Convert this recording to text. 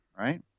Right